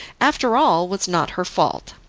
after all, was not her fault.